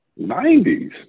90s